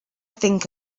think